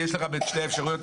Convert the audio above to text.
יש לך שתי אפשרויות.